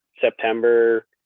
September